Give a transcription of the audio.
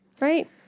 Right